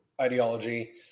ideology